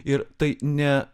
ir tai ne